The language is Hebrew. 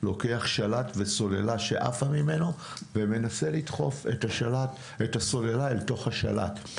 לוקח שלט וסוללה שעפה ממנו ומנסה לדחוף את הסוללה אל תוך השלט,